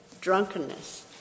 drunkenness